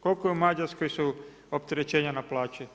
Koliko je u Mađarskoj su opterećenja na plaće?